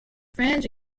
french